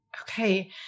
okay